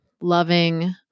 loving